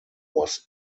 was